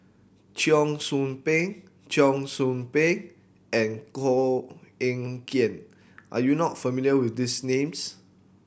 Cheong Soo Pieng Cheong Soo Pieng and Koh Eng Kian are you not familiar with these names